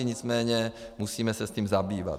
Nicméně musím se tím zabývat.